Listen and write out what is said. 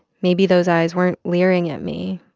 maybe those eyes weren't leering at me.